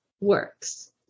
works